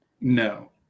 No